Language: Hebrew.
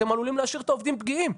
אתם עלולים להשאיר את העובדים פגיעים.